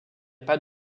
pas